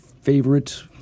favorite